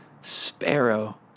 sparrow